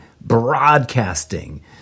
broadcasting